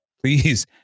please